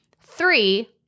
Three